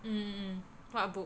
mm what book